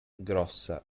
grossa